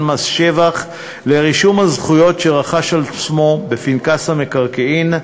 מס שבח לרישום הזכויות שרכש על שמו בפנקס המקרקעין.